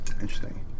Interesting